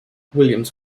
williams